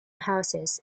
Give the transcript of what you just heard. houses